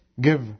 give